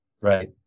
Right